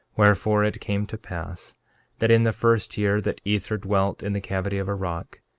wherefore, it came to pass that in the first year that ether dwelt in the cavity of a rock,